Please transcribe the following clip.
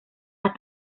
las